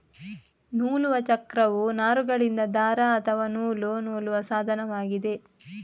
ನೂಲುವ ಚಕ್ರವು ನಾರುಗಳಿಂದ ದಾರ ಅಥವಾ ನೂಲು ನೂಲುವ ಸಾಧನವಾಗಿದೆ